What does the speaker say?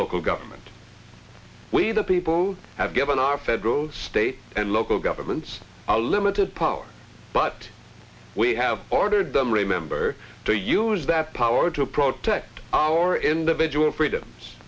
local government we the people have given our federal state and local governments a limited power but we have ordered them remember to use that power to protest our individual freedoms